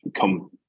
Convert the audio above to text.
come